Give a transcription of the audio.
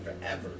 forever